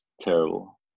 terrible